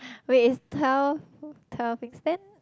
wait it's twelve twelve then